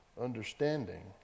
understanding